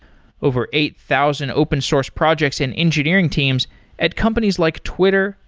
over eight thousand open source projects and engineering teams at companies like twitter,